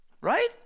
Right